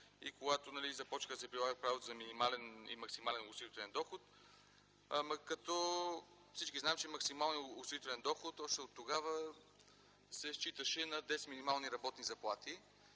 и когато започна да се прилага правилото за минимален и максимален осигурителен доход, като всички знаем, че максималният осигурителен доход точно тогава се считаше 10 минимални работни заплати.